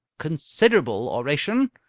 considerable oration!